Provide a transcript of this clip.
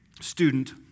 student